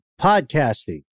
Podcasting